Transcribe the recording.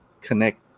connect